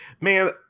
man